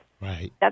Right